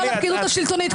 כל הפקידות השלטונית,